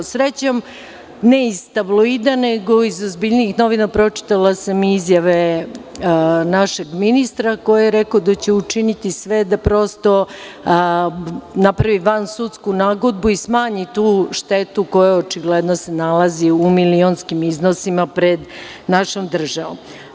Srećom, ne iz tabloida, nego iz ozbiljnijih novina pročitala sam izjave našeg ministra, koji je rekao da će učiniti sve da napravi vansudsku nagodbu i smanji tu štetu koja se očigledno nalazi u milionskim iznosima pred našom državom.